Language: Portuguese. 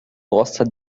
gosta